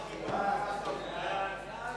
חוק הרשויות המקומיות (ביטול איחוד המועצות המקומיות